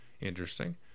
interesting